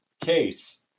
case